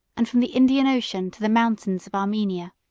and from the indian ocean to the mountains of armenia.